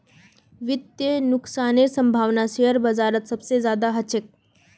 वित्तीय नुकसानेर सम्भावना शेयर बाजारत सबसे ज्यादा ह छेक